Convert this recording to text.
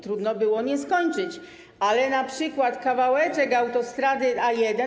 Trudno było nie skończyć, ale np. kawałeczek autostrady A1.